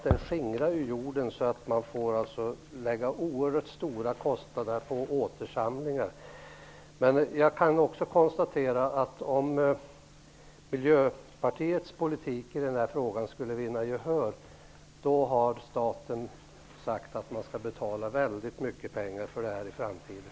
Den skingrar hjorden så att man får lägga oerhört stora kostnader på återsamlingar. Jag kan också konstatera att om Miljöpartiets politik i den här frågan skulle vinna gehör innebär det att staten får betala väldigt mycket pengar i framtiden.